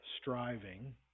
striving